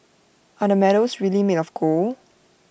are the medals really made of gold